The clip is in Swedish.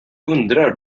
undrar